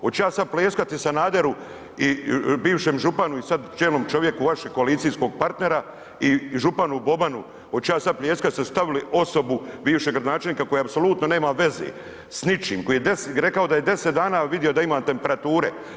Hoću ja sada pleskati Sanaderu i bivšem županu i sada čelnom čovjeku vašeg koalicijskog partnera i županu Bobanu hoću ja sa pljeskat ste stavili bivšeg gradonačelnika koji apsolutno nema veze s ničim, koji je rekao da je 10 dana vidio da imam temperature?